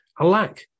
Alack